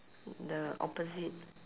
the opposite